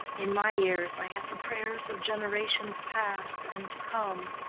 in my ears i have the prayers of generations past and to come.